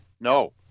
no